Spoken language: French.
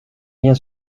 rien